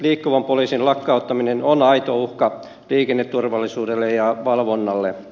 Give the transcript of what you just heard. liikkuvan poliisin lakkauttaminen on aito uhka liikenneturvallisuudelle ja valvonnalle